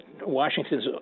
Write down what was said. Washington's